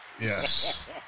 Yes